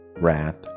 wrath